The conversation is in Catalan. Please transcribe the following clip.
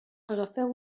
agafeu